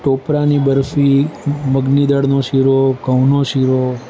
ટોપરાની બરફી મગની દાળનો શીરો ઘઉંનો શીરો